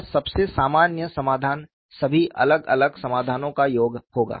और सबसे सामान्य समाधान सभी अलग अलग समाधानों का योग होगा